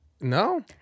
no